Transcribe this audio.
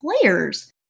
players